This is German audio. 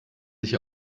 sich